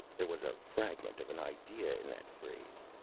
there was a fragment of an idea in that phrase.